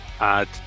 add